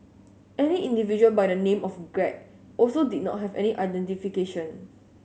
another individual by the name of Greg also did not have any identification